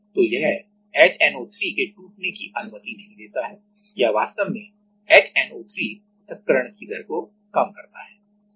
तो यह HNO3 के टूटने की अनुमति नहीं देता है या वास्तव में HNO3 पृथक्करण की दर को कम करता है